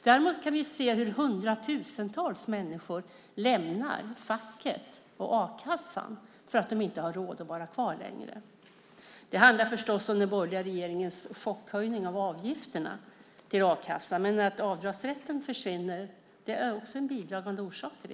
Däremot kan vi se hur hundratusentals människor lämnar facket och a-kassan för att de inte har råd att vara kvar längre. Det handlar förstås om den borgerliga regeringens chockhöjning av avgifterna till a-kassan. Men att avdragsrätten försvinner är också en bidragande orsak.